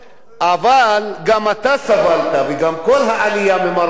אבל גם אתה סבלת וגם כל העלייה ממרוקו סבלה,